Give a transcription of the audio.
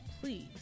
Please